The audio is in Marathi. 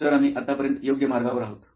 सर आम्ही आतापर्यंत योग्य मार्गावर आहोत